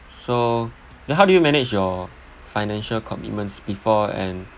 so then how do you manage your financial commitments before and